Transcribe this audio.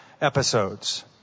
episodes